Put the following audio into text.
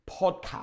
podcast